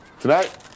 Tonight